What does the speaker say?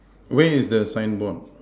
where is the signboard